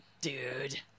Dude